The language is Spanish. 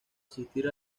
asistir